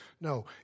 No